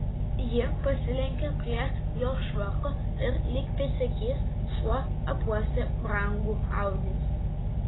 ji pasilenkė prie jo švarko ir lyg pėdsekys šuo apuostė brangų audinį